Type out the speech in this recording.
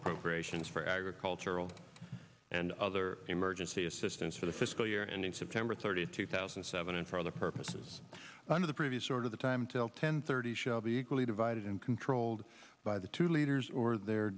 appropriations for agricultural and other emergency assistance for the fiscal year ending september thirtieth two thousand and seven and for other purposes under the previous sort of the time till ten thirty shall be equally divided and controlled by the two leaders or their